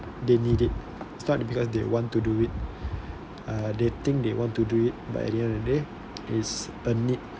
they need it it's not because they want to do it uh they think they want to do it but at the end of the day it's a need